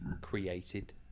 created